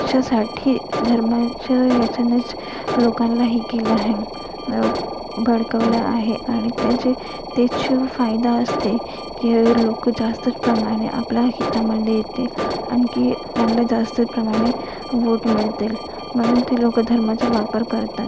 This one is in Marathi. च्यासाठी धर्माच्या याच्यानेच लोकांला हे केलं आहे भडकवलं आहे आणि त्यांची तेच फायदा असते की लोकं जास्तच प्रमाणे आपल्या हितामध्ये येते आणखी त्यांला जास्त प्रमाणे वोट मिळतील म्हणून ते लोकं धर्माचा वापर करतात